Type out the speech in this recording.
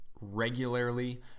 regularly